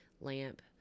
lamp